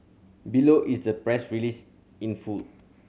below is the press release in full